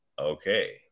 okay